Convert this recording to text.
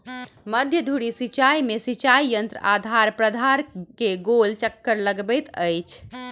मध्य धुरी सिचाई में सिचाई यंत्र आधार प्राधार के गोल चक्कर लगबैत अछि